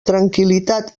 tranquil·litat